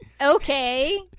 okay